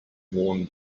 worn